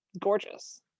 gorgeous